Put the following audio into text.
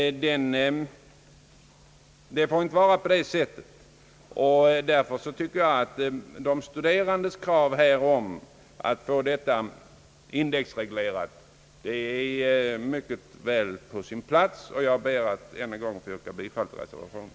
Därför anser jag att de studerandes krav om indexreglering av studiebidragen är alldeles på sin plats. Jag ber än en gång att få yrka bifall till reservationen.